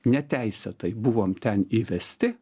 neteisėtai buvom ten įvesti